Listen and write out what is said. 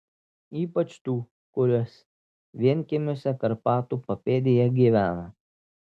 ypač tų kurios vienkiemiuose karpatų papėdėje gyvena